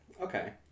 okay